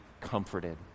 comforted